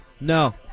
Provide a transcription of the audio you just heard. No